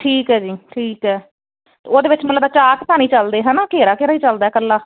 ਠੀਕ ਹੈ ਜੀ ਠੀਕ ਹੈ ਉਹਦੇ ਵਿੱਚ ਮਤਲਬ ਆ ਚਾਕ ਤਾਂ ਨਹੀਂ ਚਲਦੇ ਹੈ ਨਾ ਘੇਰਾ ਘੇਰਾ ਹੀ ਚਲਦਾ ਇਕੱਲਾ